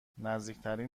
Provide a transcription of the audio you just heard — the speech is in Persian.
نزدیکترین